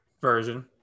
version